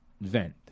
vent